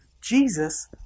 Jesus